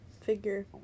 figure